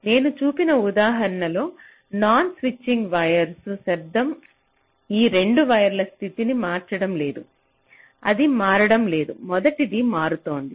నేను చూపిన ఉదాహరణ లో నాన్ స్విచింగ్ వైర్లపై శబ్దం ఈ రెండవ వైర్ స్థితిని మార్చడం లేదు అది మారడం లేదు మొదటిది మారుతోంది